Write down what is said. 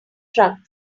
truck